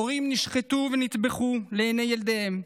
הורים נשחטו ונטבחו לעיני ילדיהם,